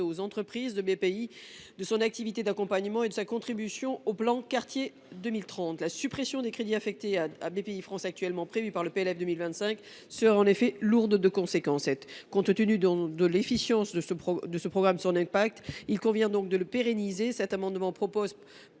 aux entreprises de Bpifrance, de son activité d’accompagnement et de sa contribution au plan Quartiers 2030. La suppression des crédits affectés à Bpifrance actuellement prévue dans le PLF pour 2025 serait en effet lourde de conséquences. Compte tenu de l’efficience de ce plan et de son impact, il convient de pérenniser l’action de